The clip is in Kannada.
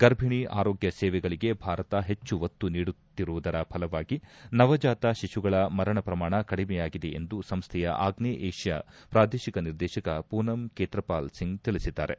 ಗರ್ಭಿಣಿ ಆರೋಗ್ಲ ಸೇವೆಗಳಿಗೆ ಭಾರತ ಹೆಚ್ಚು ಒತ್ತು ನೀಡುತ್ತಿರುವುದರ ಫಲವಾಗಿ ನವಜಾತ ಶಿಶುಗಳ ಮರಣ ಪ್ರಮಾಣ ಕಡಿಮೆಯಾಗಿದೆ ಎಂದು ಸಂಸ್ವೆಯ ಆಗ್ನೇಯ ಏಷ್ಠಾ ಪ್ರಾದೇಶಕ ನಿರ್ದೇಶಕ ಪೂನಂ ಕೇತ್ರಪಾಲ್ ಸಿಂಗ್ ತಿಳಿಸಿದ್ದಾರೆ